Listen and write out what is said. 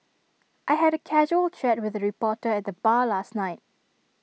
I had A casual chat with A reporter at the bar last night